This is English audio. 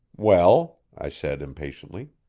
well, i said impatiently,